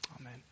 Amen